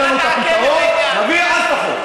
לא יצליח להביא לנו את הפתרון, אז נביא את החוק.